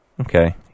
Okay